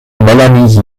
melanie